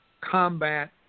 combat